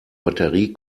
batterie